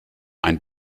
ein